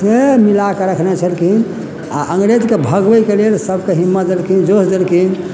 से मिलाके रखने छलखिन आ अंग्रेजके भगबैके लेल सभके हिम्मत देलखिन जोश देलखिन